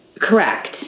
Correct